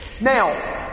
Now